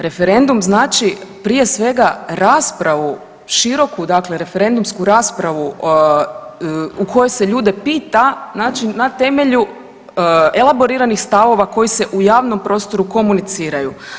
Referendum znači prije svega raspravu široku dakle referendumsku raspravu u kojoj se ljude pita znači na temelju elaboriranih stavova koji se u javnom prostoru komuniciraju.